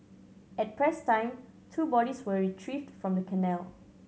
at press time two bodies were retrieved from the canal